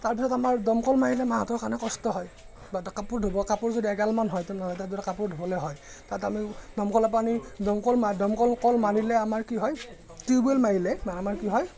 তাৰপাছত আমাৰ দমকল মাৰিলে মাহঁতৰ কাৰণে কষ্ট হয় বা কাপোৰ ধুব কাপোৰ যদি এগালমান হয় তেনেহ'লে তাত যদি কাপোৰ ধুবলৈ হয় তাত আমি দমকলৰ পানী দমকল মাৰি দমকল কল মাৰিলে আমাৰ কি হয় টিউবেল মাৰিলে আমাৰ কি হয়